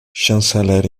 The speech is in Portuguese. chanceler